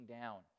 down